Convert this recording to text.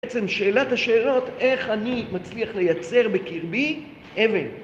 בעצם שאלת השאלות איך אני מצליח לייצר בקרבי אבן